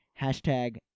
Hashtag